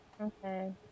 Okay